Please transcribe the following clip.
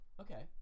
okay